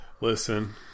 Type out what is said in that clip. Listen